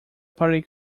party